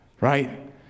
Right